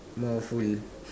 more full